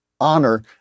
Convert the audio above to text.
honor